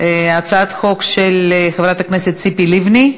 הצעת חוק של חברת הכנסת ציפי לבני.